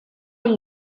ull